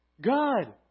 God